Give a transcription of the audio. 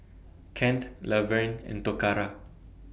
Kent Laverne and Toccara